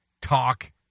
talk